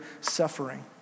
suffering